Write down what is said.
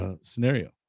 scenario